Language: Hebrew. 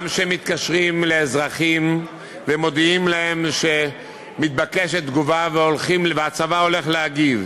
גם מתקשרים לאזרחים ומודיעים להם שמתבקשת תגובה והצבא הולך להגיב,